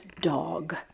dog